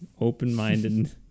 Open-minded